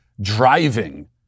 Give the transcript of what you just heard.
driving